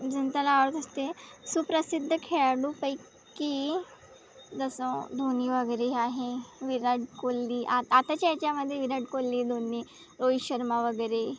जनताला आवडत असते सुप्रसिद्ध खेळाडूपैकी जसं धोनी वगैरे आहे विराट कोहली आता आताच्या याच्यामध्ये विराट कोहली धोनी रोहित शर्मा वगैरे